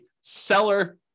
seller